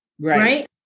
Right